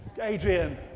Adrian